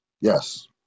Yes